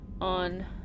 on